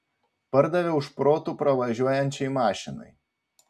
pardaviau šprotų pravažiuojančiai mašinai